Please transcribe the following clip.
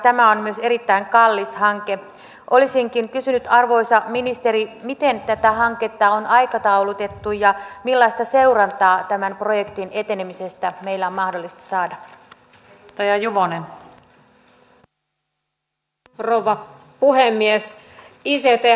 ylipäätänsähän on ihan lohdullista että tässä hallituksen esityksessä mitä nyt sitten täällä käsitellään valiokunnan mietinnön pohjalta tähän perusväylänpitoon sitä lisärahoitusta on tulossa